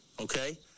okay